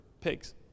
pigs